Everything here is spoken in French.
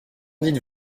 dites